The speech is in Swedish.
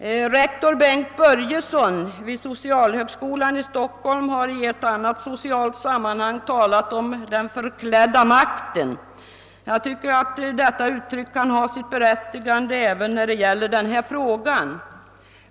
Rektor Bengt Börjesson vid socialhögskolan i Stockholm har i ett annat socialt sammanhang talat om »den förklädda makten». Jag tycker att detta uttryck kan ha sitt berättigande även då det gäller den här frågan.